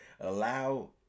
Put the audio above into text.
allow